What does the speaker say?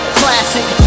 classic